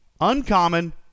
Uncommon